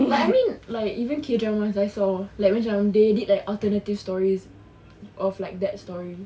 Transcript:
like I mean like even K dramas I saw like macam they did like alternate these stories of like that story